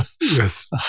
Yes